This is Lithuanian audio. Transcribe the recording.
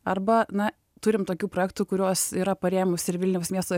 arba na turim tokių projektų kuriuos yra parėmus ir vilniaus miesto